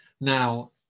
Now